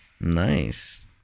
nice